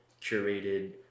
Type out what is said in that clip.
curated